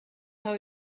how